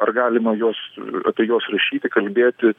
ar galima juos apie juos rašyti kalbėti